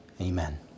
Amen